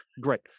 Great